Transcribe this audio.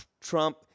Trump